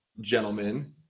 gentlemen